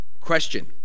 question